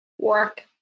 Work